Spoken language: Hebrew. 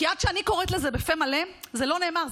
כי עד שאני קוראת לזה בפה מלא זה לא נאמר.